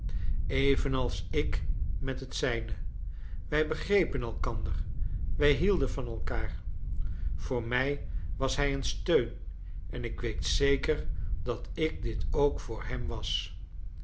evenals ik met het zijne wij begrepen elkander wij hielden van elkaar voor mij was hij een steun en ik weet zeker dat ik dit ook voor hem was